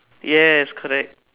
yes correct